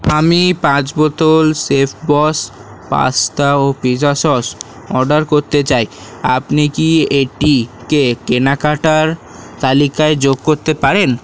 আমি পাঁচ বোতল শেফবস পাস্তা ও পিজা সস অর্ডার করতে চাই আপনি কি এটিকে কেনাকাটার তালিকায় যোগ করতে পারেন